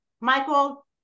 Michael